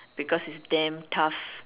because it's damn tough